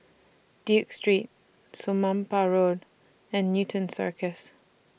Duke Street Somapah Road and Newton Circus